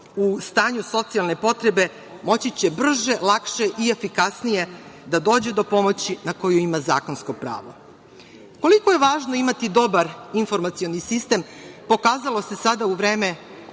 u stanju socijalne potrebe, moći će brže, lakše, efikasnije da dođe do pomoći na koju ima zakonsko pravo. Koliko je važno imati dobar informacioni sistem pokazalo se sada u vreme